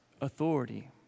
authority